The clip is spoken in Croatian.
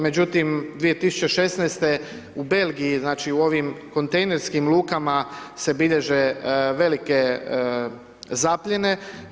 Međutim, 2016. u Belgiji, znači u ovim kontejnerskim lukama se bilježe velike zapljene.